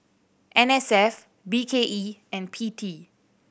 N S F B K E and P T